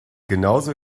genauso